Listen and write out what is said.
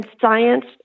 science